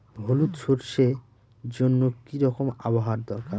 হলুদ সরষে জন্য কি রকম আবহাওয়ার দরকার?